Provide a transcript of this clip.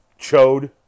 Chode